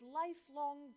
lifelong